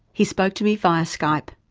he spoke to me via skype.